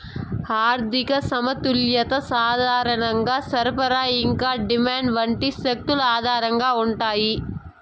ఆర్థిక సమతుల్యత సాధారణంగా సరఫరా ఇంకా డిమాండ్ వంటి శక్తుల ఆధారంగా ఉంటాయి